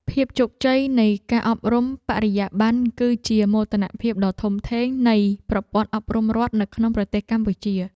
ភាពជោគជ័យនៃការអប់រំបរិយាបន្នគឺជាមោទនភាពដ៏ធំធេងនៃប្រព័ន្ធអប់រំរដ្ឋនៅក្នុងប្រទេសកម្ពុជា។